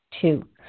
Two